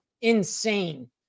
insane